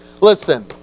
Listen